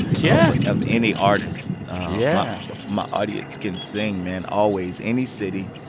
yeah. of any artist yeah my audience can sing, man always. any city,